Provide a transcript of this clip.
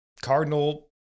Cardinal